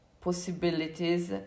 possibilities